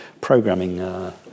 programming